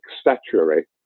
statuary